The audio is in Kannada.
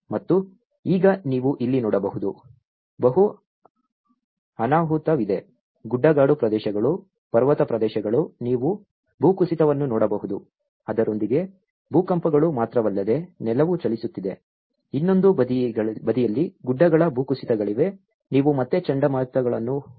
ಮತ್ತು ಈಗ ನೀವು ಇಲ್ಲಿ ನೋಡಬಹುದು ಬಹು ಅನಾಹುತವಿದೆ ಗುಡ್ಡಗಾಡು ಪ್ರದೇಶಗಳು ಪರ್ವತ ಪ್ರದೇಶಗಳು ನೀವು ಭೂಕುಸಿತವನ್ನು ನೋಡಬಹುದು ಅದರೊಂದಿಗೆ ಭೂಕಂಪಗಳು ಮಾತ್ರವಲ್ಲದೆ ನೆಲವು ಚಲಿಸುತ್ತಿದೆ ಇನ್ನೊಂದು ಬದಿಯಲ್ಲಿ ಗುಡ್ಡಗಳ ಭೂಕುಸಿತಗಳಿವೆ ನೀವು ಮತ್ತೆ ಚಂಡಮಾರುತಗಳನ್ನು ಹೊಂದಿವೆ